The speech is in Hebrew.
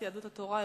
יהדות התורה,